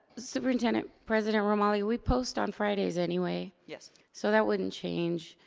superintendent president romali. we post on fridays anyway. yes. so that wouldn't change.